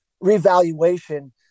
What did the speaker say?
revaluation